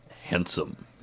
Handsome